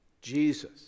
Jesus